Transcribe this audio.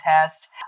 test